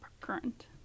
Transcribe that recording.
current